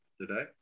today